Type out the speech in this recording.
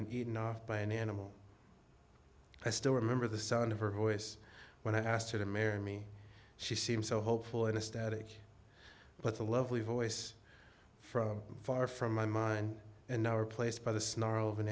been enough by an animal i still remember the sound of her voice when i asked her to marry me she seemed so hopeful in a static but the lovely voice from far from my mind and now replaced by the snarl of an